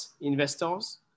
investors